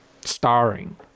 starring